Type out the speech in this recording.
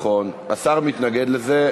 השר מתנגד לזה.